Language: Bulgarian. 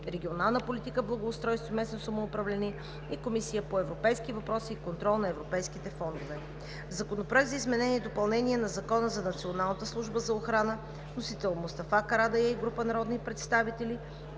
регионална политика, благоустройство и местно самоуправление и Комисията по европейските въпроси и контрол на европейските фондове. Законопроект за изменение и допълнение на Закона за Националната служба за охрана. Вносител е Мустафа Карадайъ и група народни представители.